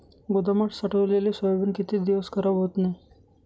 गोदामात साठवलेले सोयाबीन किती दिवस खराब होत नाही?